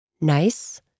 Nice